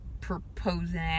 proposing